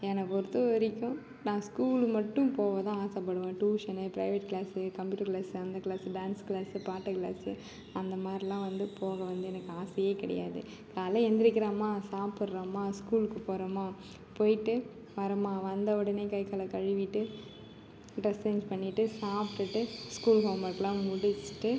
என்ன பொறுத்தவரைக்கும் நான் ஸ்கூல்லு மட்டும் போகதான் ஆசைப்படுவேன் tuition private class computer class அந்த க்ளாஸ்ஸு டேன்ஸ் க்ளாஸ்ஸு பாட்டு க்ளாஸ்ஸு அந்த மாதிரிலாம் வந்து போக வந்து எனக்கு ஆசையே கிடையாது காலைல எழுந்திரிக்கிறோமா சாப்பிட்றோமா ஸ்கூலுக்கு போகிறோமா போயிட்டு வரோமா வந்தவொடனே கை காலை கழுவிட்டு ட்ரெஸ் சேஞ்ச் பண்ணிட்டு சாப்பிட்டுட்டு ஸ்கூல் ஹோம் ஒர்க்லாம் முடுச்சுட்டு